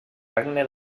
regne